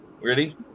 Ready